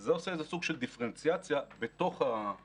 זה עושה איזה סוג של דיפרנציאציה בתוך המועצות